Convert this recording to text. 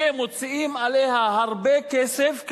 שמוציאים עליה הרבה כסף,